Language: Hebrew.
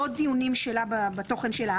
לא רק דיונים שלה בתוכן שלה,